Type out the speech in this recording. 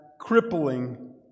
crippling